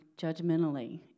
judgmentally